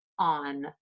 on